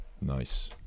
nice